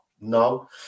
no